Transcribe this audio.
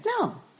No